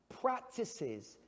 practices